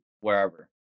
wherever